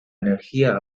energía